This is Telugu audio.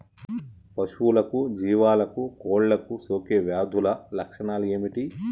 పశువులకు జీవాలకు కోళ్ళకు సోకే వ్యాధుల లక్షణాలు ఏమిటి?